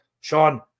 Sean